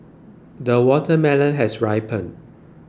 the watermelon has ripened